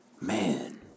man